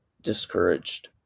discouraged